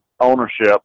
ownership